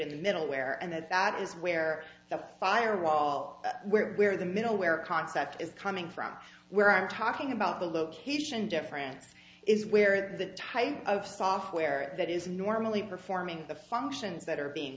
in the middle where and that is where the fire wall where the middleware concept is coming from where i'm talking about the location difference is where the type of software that is normally performing the functions that are being